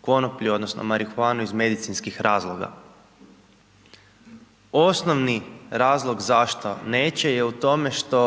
konoplju, odnosno, marihuanu iz medicinskih razloga. Osnovni razlog zašto neće, je u time, što